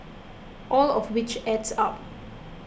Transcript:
all of which adds up